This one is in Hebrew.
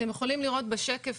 אתם יכולים לראות בשקף